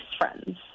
friends